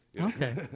Okay